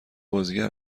بازیگر